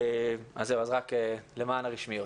רק למען הרשמיות.